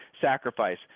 sacrifice